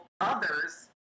others